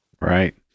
Right